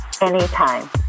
Anytime